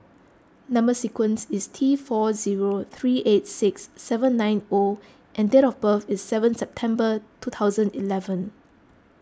Number Sequence is T four zero three eight six seven nine O and date of birth is seven September two thousand eleven